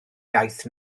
iaith